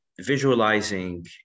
visualizing